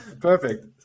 Perfect